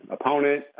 opponent